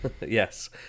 yes